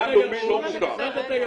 גן לאומי לא מוכר,